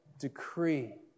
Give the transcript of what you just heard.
decree